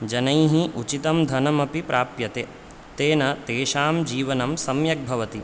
जनैः उचितं धनमपि प्राप्यते तेन तेषां जीवनं सम्यग्भवति